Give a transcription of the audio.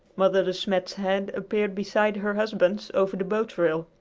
mother de smet's head appeared beside her husband's over the boat-rail.